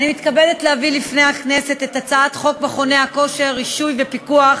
אני מתכבדת להביא בפני הכנסת את הצעת חוק מכוני כושר (רישוי ופיקוח)